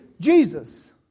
Jesus